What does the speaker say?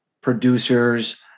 producers